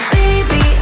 baby